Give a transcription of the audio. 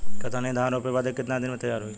कतरनी धान रोपे के बाद कितना दिन में तैयार होई?